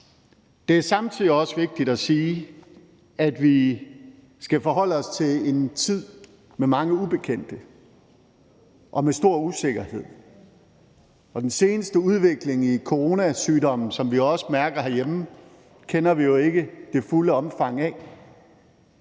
Det er samtidig også vigtigt at sige, at vi skal forholde os til en tid med mange ubekendte og med stor usikkerhed. Den seneste udvikling i coronasygdommen, som vi også mærker herhjemme, kender vi jo ikke det fulde omfang af,